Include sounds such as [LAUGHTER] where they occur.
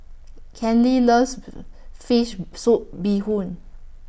Kenley loves [NOISE] Fish Soup Bee Hoon